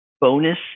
bonus